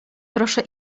proszę